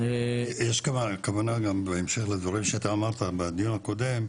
יש גם כוונה בהמשך לדברים שאתה אמרת בדיון הקודם,